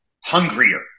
hungrier